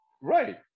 Right